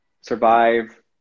survive